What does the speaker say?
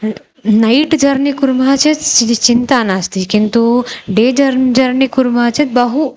night journey कुर्मः चेत् स् चिन्ता नास्ति किन्तू डे जर् जर्नि कुर्मः चेत् बहु